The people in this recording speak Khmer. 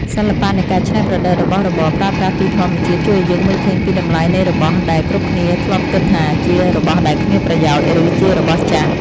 សិល្បៈនៃការច្នៃប្រឌិតរបស់របរប្រើប្រាស់ពីធម្មជាតិ ជួយឱ្យយើងមើលឃើញពីតម្លៃនៃរបស់ដែលគ្រប់គ្នាធ្លាប់គិតថាជារបស់ដែលគ្មានប្រយោជន៍ ឬ ជារបស់ចាស់។